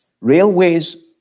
railways